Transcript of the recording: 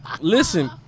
Listen